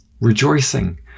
rejoicing